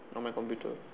on my computer